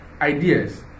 ideas